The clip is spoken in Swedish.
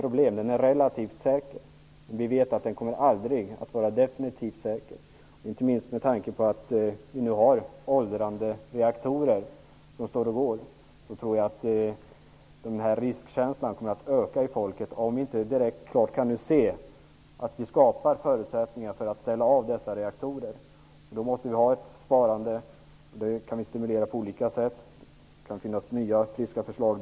Kärnkraften är bara ''relativt'' säker. Vi vet att den aldrig kommer att bli definitivt säker. Inte minst med tanke på att vi nu har åldrande reaktorer, tror jag att riskkänslan kommer att öka i befolkningen. Om vi inte skapar förutsättningar för en avställning av dessa reaktorer, måste vi ha ett sparande, som vi kan stimulera på olika sätt. Det kan där finnas nya friska förslag.